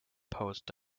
posed